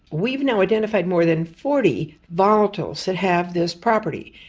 we've now identified more than forty volatiles that have this property.